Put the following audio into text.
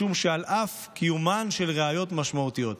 משום שעל אף קיומן של ראיות משמעותיות,